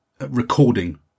recording